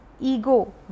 ego